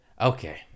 Okay